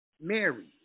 Mary